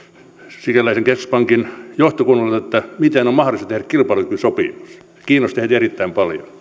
sikäläisen keskuspankin johtokunnalta että miten on mahdollista tehdä kilpailukykysopimus se kiinnosti heitä erittäin paljon